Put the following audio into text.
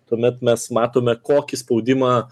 tuomet mes matome kokį spaudimą